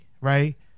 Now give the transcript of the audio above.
Right